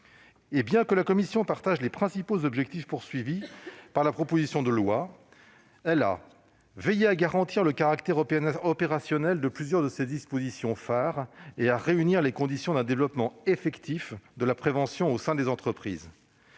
Bien que la commission partage les principaux objectifs de la proposition de loi, elle a veillé à garantir le caractère opérationnel de plusieurs de ses dispositions phares et à réunir les conditions d'un développement effectif de la prévention au sein des entreprises.